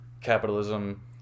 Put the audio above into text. capitalism